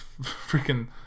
freaking